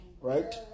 Right